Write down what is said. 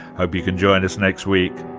hope you can join us next week.